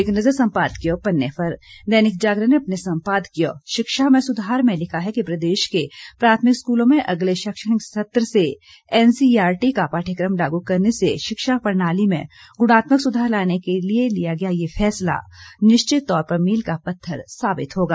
एक नजर संपादकीय पन्ने पर दैनिक जागरण ने अपने संपादकीय शिक्षा में सुधार में लिखा है कि प्रदेश के प्राथमिक स्कूलों में अगले शैक्षणिक सत्र से एनसीईआरटी का पाठयकम लागू करने से शिक्षा प्रणाली में गुणात्मक सुधार लाने के लिए लिया गया ये फैसला निश्चित तौर पर मील का पत्थर साबित होगा